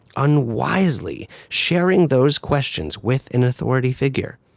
unwisely, sharing those questions with an authority figure.